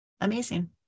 amazing